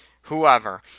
whoever